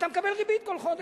אתה מקבל ריבית כל חודש.